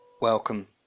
Welcome